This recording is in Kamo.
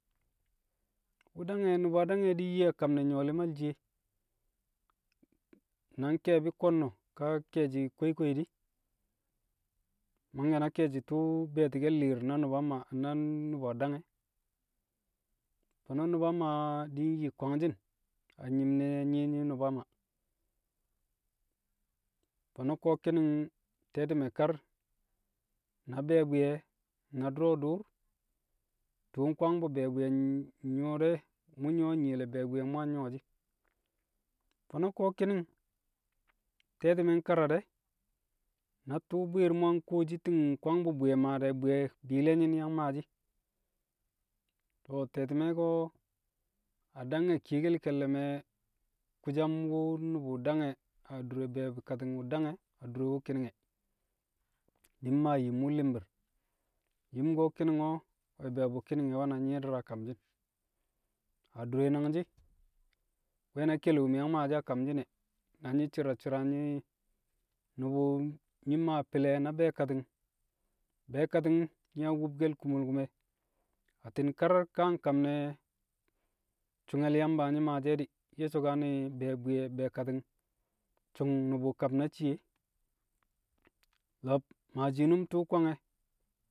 Wu̱ dang e̱, nu̱ba dang e̱ di̱ nyi a kam li̱mal shiye, nang nke̱e̱bi̱ ko̱nno̱, ka ke̱e̱shi̱ kwei kwei di̱, mangke̱ na tṵṵ be̱e̱ti̱ li̱i̱r na Nu̱ba Maa na- n- nu̱ba dang e̱. Fo̱no̱ Nu̱ba Maa di̱ nyi kwangshi̱n a nyim ne nyi̱ Nu̱ba Maa. Fo̱no̱ ko̱ ki̱ni̱ng te̱ti̱me̱ kar, na be̱e̱ bwi̱yẹ na du̱ro̱ dṵṵr, tṵṵ nkwang bu̱ be̱e̱ bwi̱yẹ n- nyu̱wo̱ de̱ mu̱ nyu̱wo̱ shi̱ nyiyel bwi̱ye̱ mu̱ yang nyu̱wo̱ shi̱, fo̱no̱ ko̱ ki̱ni̱ng te̱ti̱me̱ nkara de̱ na tṵṵ bwi̱i̱r mu̱ yang kuwoshi ti̱ng nkwang bu̱ bwi̱ye̱ maa de̱, bwi̱ye̱ bi̱i̱le̱yi̱n yang maashi̱ e̱. To̱, te̱ti̱me̱ ko̱, a dang e̱ kiyekel ke̱lle̱ mo̱ kusam wu̱ nṵbu̱ dang e̱ adure be̱e̱bi̱ kati̱ng wu̱ dang e̱ adure wu̱ ki̱ni̱ng e̱. Di̱ mmaa yim wu̱ li̱mbi̱r, yim ki̱ni̱ng wo̱l be̱bu̱ ki̱ni̱ngo̱ we̱ na nyi̱i̱di̱r a kamshi̱n. Adure nangshi̱ we̱ na keli wu̱ mi̱ yang maa shi̱ a kamshi̱n e̱ na nyi̱ shi̱ra shi̱ra nyi̱- nu̱bu̱ nyi̱ maa fi̱le̱ na be̱e̱kati̱ng, be̱e̱kati̱ng nyi̱ yang wu̱bkẹl kumol ku̱me̱, atti̱n kare̱ ka a nkam nẹ su̱nge̱ le̱ Yamba nyi̱ maashi̱ di̱, nye̱ so̱kane̱ be̱e̱ bwi̱ƴe̱ be̱e̱kati̱ng su̱ng nu̱bu̱ kab na shii e. Lo̱b maa shiinum tṵṵ kwange̱.